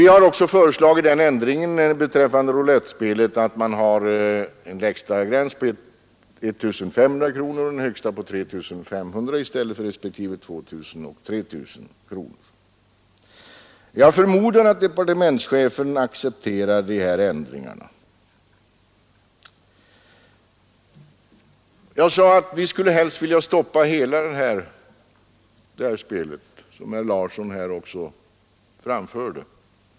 Vi har också föreslagit den förändringen beträffande roulettspelet att man skall ha en lägsta gräns på 1500 kronor och en högsta på 3 500 i stället för respektive 2 000 och 3 000 kronor. Jag förmodar att departementschefen accepterar dessa ändringar. Jag sade att vi helst skulle vilja stoppa hela spelet på automater, som herr Larsson i Umeå också framhöll.